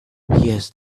has